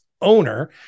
Owner